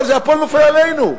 אבל הכול נופל עלינו.